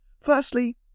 Firstly